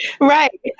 Right